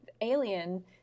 alien